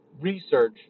research